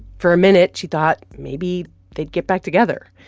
for a minute, she thought maybe they'd get back together.